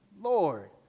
Lord